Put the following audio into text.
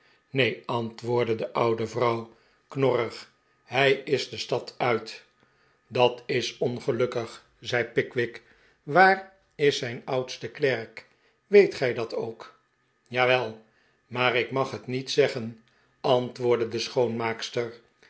neen antwoordde de oude vrouw knorrig hij is de stad uit dat is ongelukkig zei pickwick waar is zijn oudste klerk weet gij dat ook jawel maar ik mag het niet zeggen antwoordde de schoonmaakster